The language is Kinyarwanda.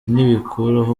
ntibikuraho